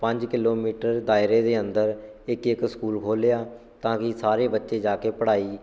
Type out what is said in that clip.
ਪੰਜ ਕਿਲੋਮੀਟਰ ਦਾਇਰੇ ਦੇ ਅੰਦਰ ਇੱਕ ਇੱਕ ਸਕੂਲ ਖੋਲ੍ਹਿਆ ਤਾਂ ਕਿ ਸਾਰੇ ਬੱਚੇ ਜਾ ਕੇ ਪੜ੍ਹਾਈ